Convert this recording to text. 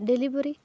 delivery